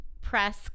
press